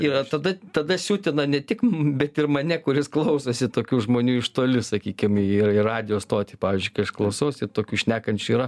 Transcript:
yra tada tada siutina ne tik bet ir mane kuris klausosi tokių žmonių iš toli sakykim į į radijo stotį pavyzdžiui kai aš klausausi ir tokių šnekančių yra